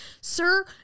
sir